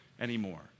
anymore